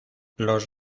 los